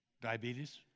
Diabetes